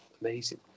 amazing